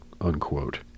unquote